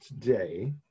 today